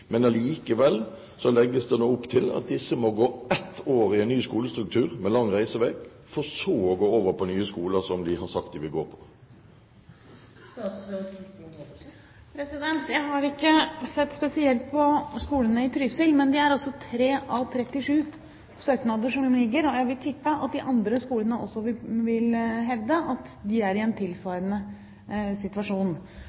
Men allikevel legges det nå opp til at disse elevene må gå ett år i en ny skolestruktur, med lang reisevei, for så å gå over på nye skoler som de har sagt de vil gå på. Jeg har ikke sett spesielt på skolene i Trysil, men de er altså tre av 37 søknader som foreligger, og jeg vil tippe at de andre skolene også vil hevde at de er i en